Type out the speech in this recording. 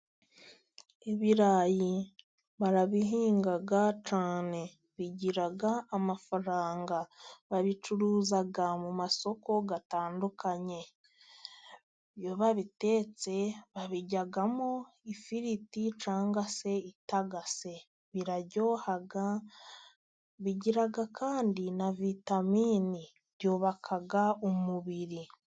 Ibirayi barabihinga cyane bigira amafaranga babicuruza mu masoko atandukanye, iyo babitetse babiryamo ifiriti cyangwa se bitogose biraryoha, bigira kandi na vitamini byubaka umubiri.